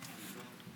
לחרדים.